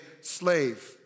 slave